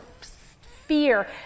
fear